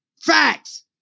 Facts